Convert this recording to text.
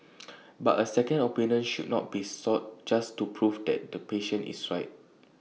but A second opinion should not be sought just to prove that the patient is right